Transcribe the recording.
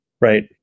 right